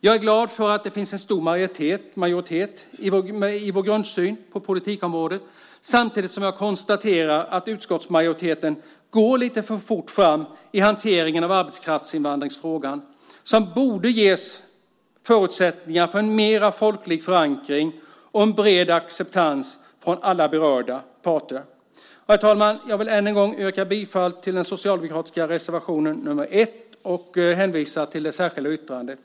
Jag är därför glad att det finns en stor majoritet för vår grundsyn på politikområdet, samtidigt som jag konstaterar att utskottsmajoriteten går lite för fort fram i hanteringen av arbetskraftsinvandringsfrågan. Den borde ges förutsättningar för en mer folklig förankring med bred acceptans från alla berörda parter. Herr talman! Jag vill än en gång yrka bifall till den socialdemokratiska reservationen nr 1 och hänvisar i övrigt till det särskilda yttrandet.